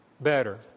better